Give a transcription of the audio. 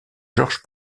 georges